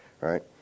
right